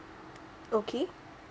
okay